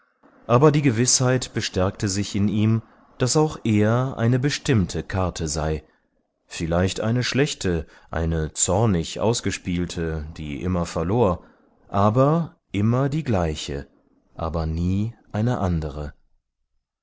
aber die gewißheit bestärkte sich in ihm daß auch er eine bestimmte karte sei vielleicht eine schlechte eine zornig ausgespielte die immer verlor aber immer die gleiche aber nie eine andere